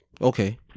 Okay